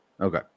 Okay